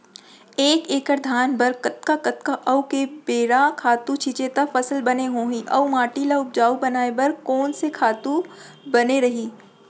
एक एक्कड़ धान बर कतका कतका अऊ के बार खातू छिंचे त फसल बने होही अऊ माटी ल उपजाऊ बनाए बर कोन से खातू बने रही?